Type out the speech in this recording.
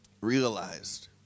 realized